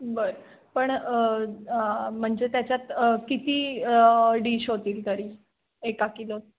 बरं पण म्हणजे त्याच्यात किती डिश होतील तरी एका किलोत